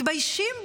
מתביישים בו.